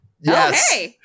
yes